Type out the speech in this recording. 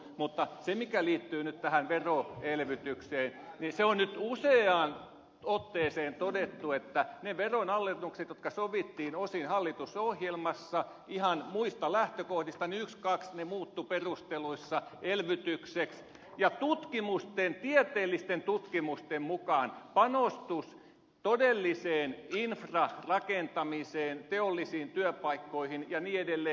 mutta mikä liittyy nyt tähän veroelvytykseen niin se on nyt useaan otteeseen todettu että ne veronalennukset jotka sovittiin osin hallitusohjelmassa ihan muista lähtökohdista ykskaks muuttuivat perusteluissa elvytykseksi ja tieteellisten tutkimusten mukaan todelliseen infrarakentamiseen teollisiin työpaikkoihin ja niin edelleen